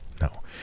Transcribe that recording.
No